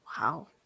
wow